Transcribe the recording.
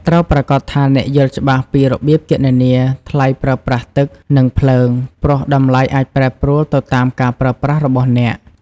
ត្រូវប្រាកដថាអ្នកយល់ច្បាស់ពីរបៀបគណនាថ្លៃប្រើប្រាស់ទឹក និងភ្លើង ព្រោះតម្លៃអាចប្រែប្រួលទៅតាមការប្រើប្រាស់របស់អ្នក។